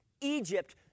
Egypt